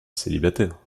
célibataire